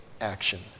action